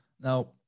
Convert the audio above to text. Now